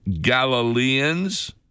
Galileans